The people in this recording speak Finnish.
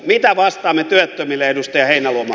mitä vastaamme työttömille edustaja heinäluoma